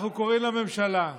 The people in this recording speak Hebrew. אנחנו קוראים לממשלה: